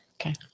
Okay